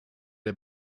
der